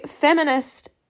feminist